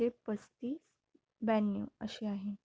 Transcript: जे पस्तीस ब्याण्णव असे आहे